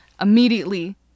immediately